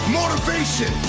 motivation